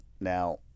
Now